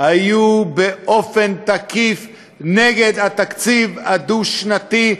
היו באופן תקיף נגד התקציב הדו-שנתי,